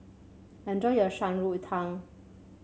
enjoy your Shan Rui Tang